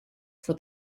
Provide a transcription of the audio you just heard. for